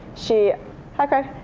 she hi claire.